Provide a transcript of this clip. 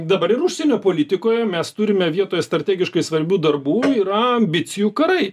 dabar ir užsienio politikoje mes turime vietoje strategiškai svarbių darbų yra ambicijų karai